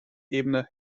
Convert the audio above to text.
ebene